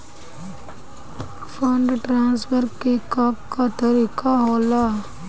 Fund transfer के का तरीका होला?